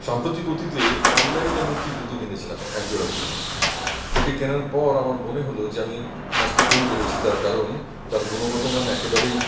সাম্প্রতিক অতীতে অনলাইনে আমি একটি জুতো কিনেছিলাম একজোড়া জুতো সেটি কেনার পর আমার মনে হল যে আমি মস্ত ভুল করেছি তার কারণ তার গুণগত মান একেবারেই